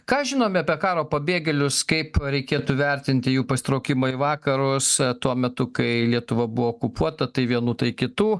ką žinom apie karo pabėgėlius kaip reikėtų vertinti jų pasitraukimą į vakarus tuo metu kai lietuva buvo okupuota tai vienų tai kitų